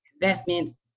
investments